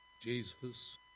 Jesus